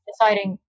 deciding